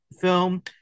film